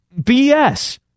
BS